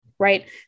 Right